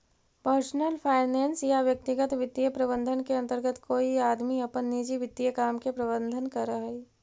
personal finance या व्यक्तिगत वित्तीय प्रबंधन के अंतर्गत कोई आदमी अपन निजी वित्तीय काम के प्रबंधन करऽ हई